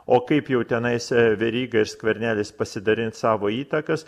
o kaip jau tenais veryga ir skvernelis pasidalins savo įtakas